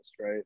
right